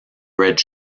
red